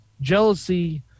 jealousy